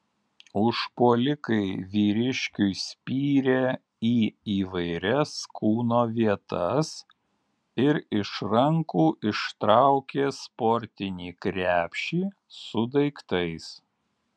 užpuolikai vyriškiui spyrė į įvairias kūno vietas ir iš rankų ištraukė sportinį krepšį su daiktais